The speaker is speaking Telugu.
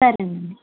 సరేనండి